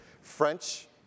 French